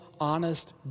honest